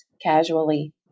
casually